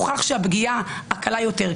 הוכח שהפגיעה הקלה יותר,